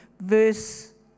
verse